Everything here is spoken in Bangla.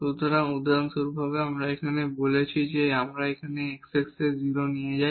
সুতরাং উদাহরণস্বরূপ আমরা এখানে বলেছি আমরা এখানে x x 0 নিয়ে যাই